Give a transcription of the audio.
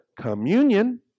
communion